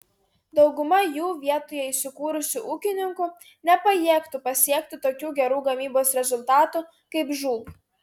dauguma jų vietoje įsikūrusių ūkininkų nepajėgtų pasiekti tokių gerų gamybos rezultatų kaip žūb